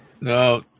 No